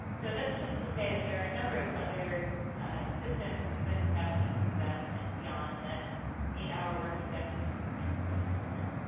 so that's just to say that there are a number of other systems within the southeast us and beyond that meet our working definition for insular systems.